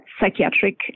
psychiatric